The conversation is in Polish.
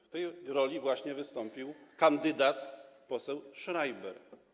W tej roli właśnie wystąpił kandydat - poseł Schreiber.